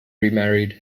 remarried